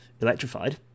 electrified